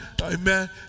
Amen